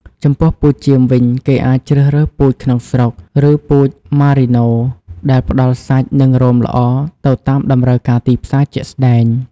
ចំពោះពូជចៀមវិញ គេអាចជ្រើសរើសពូជក្នុងស្រុក ឬពូជម៉ារីណូ ដែលផ្តល់សាច់និងរោមល្អទៅតាមតម្រូវការទីផ្សារជាក់ស្តែង។